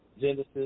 Genesis